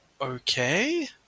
okay